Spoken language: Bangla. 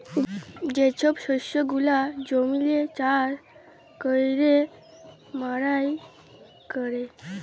যে ছব শস্য গুলা জমিল্লে চাষ ক্যইরে মাড়াই ক্যরে